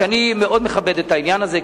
ואני מאוד מכבד את העניין הזה,